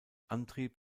antrieb